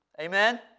Amen